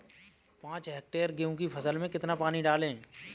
पाँच हेक्टेयर गेहूँ की फसल में कितना पानी डालें?